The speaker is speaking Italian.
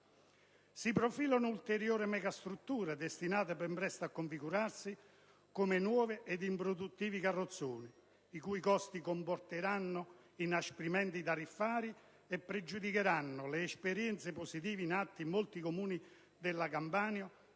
Si profilano ulteriori megastrutture destinate ben presto a configurarsi come nuovi ed improduttivi carrozzoni, i cui costi comporteranno inasprimenti tariffari e pregiudicheranno le esperienze positive in atto in molti Comuni della Campania,